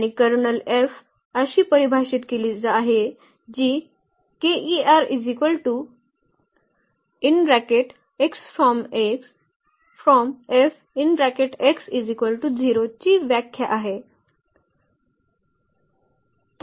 आणि kernel F अशी परिभाषित केली आहे जी Ker ची व्याख्या आहे